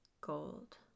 gold